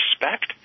respect